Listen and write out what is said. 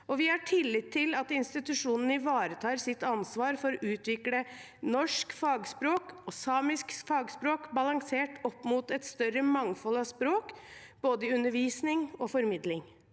vi har tillit til at institusjonene ivaretar sitt ansvar for å utvikle norsk fagspråk og samisk fagspråk balansert opp mot et større mangfold av språk innen både undervisning og formidling.